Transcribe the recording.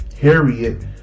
Harriet